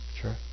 Sure